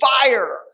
fire